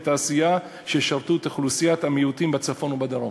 תעשייה שישרתו את אוכלוסיית המיעוטים בצפון ובדרום.